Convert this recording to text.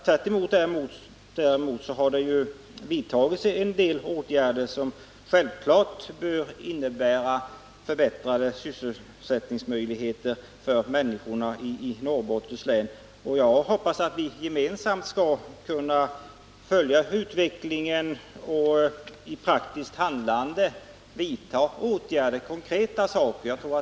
Tvärtom har det vidtagits en del åtgärder, som självfallet bör innebära förbättrade sysselsättningsmöjligheter för människorna i Norrbottens län. Jag hoppas att vi gemensamt skall kunna följa utvecklingen och i praktiskt handlande vidta konkreta åtgärder.